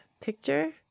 picture